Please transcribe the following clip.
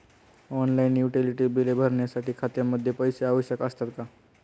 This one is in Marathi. ऑनलाइन युटिलिटी बिले भरण्यासाठी खात्यामध्ये पैसे आवश्यक असतात का?